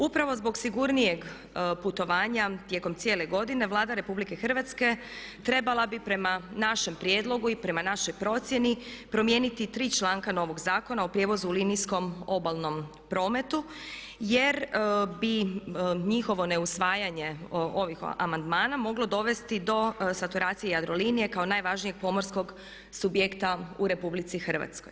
Upravo zbog sigurnijeg putovanja tijekom cijele godine Vlada Republike Hrvatske trebala bi prema našem prijedlogu i prema našoj procjeni promijeniti tri članka novog Zakona o prijevozu u linijskom obalnom prometu, jer bi njihovo neusvajanje ovih amandmana moglo dovesti do saturacije Jadrolinije kao najvažnijeg pomorskog subjekta u Republici Hrvatskoj.